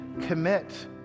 commit